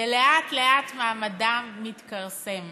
ולאט-לאט מעמדם מתכרסם.